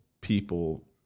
people